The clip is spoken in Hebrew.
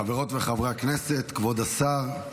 חברות וחברי הכנסת, כבוד השר,